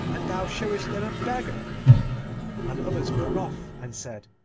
and thou showest them a beggar and others were wroth and said,